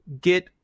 get